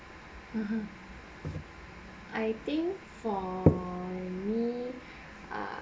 (uh huh) I think for me ah